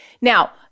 Now